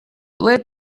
led